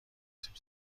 سیب